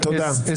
באמת, רק לעדכן.